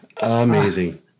Amazing